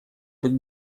быть